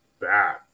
bad